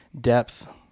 depth